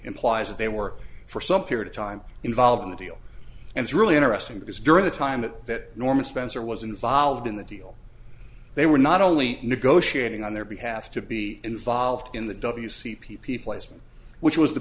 implies that they work for some period of time involved in the deal and it's really interesting because during the time that norman spencer was involved in the deal they were not only negotiating on their behalf to be involved in the w c p p placement which was the